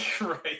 Right